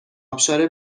ابشار